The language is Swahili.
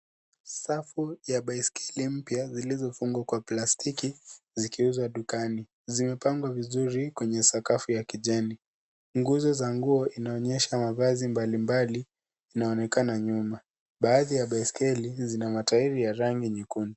Safu ya baiskeli mpya zilizofungwa kwa plastiki zikiuzwa dukani. Zimepangwa vizuri kwenye sakafu ya kijani. Nguzo za nguo zinaonyesha mavazi mbalimbali, inaonekana nyuma. Baadhi ya baiskeli zina matairi ya rangi nyekundu.